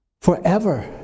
forever